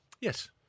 Yes